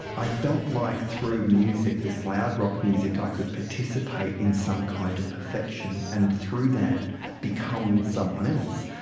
i felt like through music, this loud rock music, i could participate in some kind of perfection, and through that become someone else,